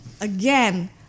again